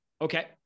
Okay